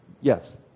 Yes